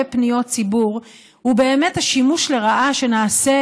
פניות ציבור הוא באמת השימוש לרעה שנעשה,